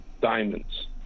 diamonds